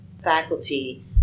faculty